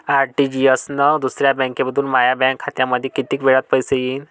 RTGS न दुसऱ्या बँकेमंधून माया बँक खात्यामंधी कितीक वेळातं पैसे येतीनं?